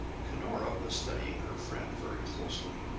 cunora was studying her friend very closely.